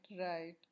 right